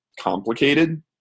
complicated